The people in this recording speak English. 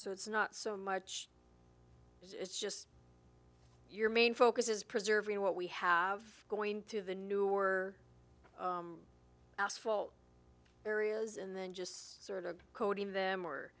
so it's not so much it's just your main focus is preserving what we have going through the new asphalt areas and then just sort of coding them or